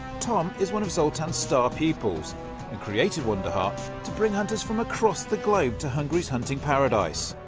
tom is one of zoltan's star pupils and created wonderhart to bring hunters from across the globe to hungary's hunting paradise.